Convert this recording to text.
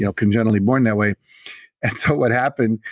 yeah congenitally born that way and so what happened,